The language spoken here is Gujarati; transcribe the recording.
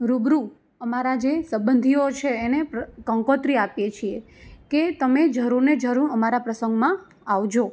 રૂબરૂ અમારા જે સબંધીઓ છે એને કંકોત્રી આપીએ છીએ કે તમે જરૂરને જરૂર અમારા પ્રસંગમાં આવજો